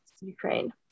Ukraine